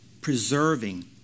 preserving